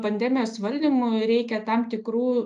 pandemijos valdymui reikia tam tikrų